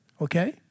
okay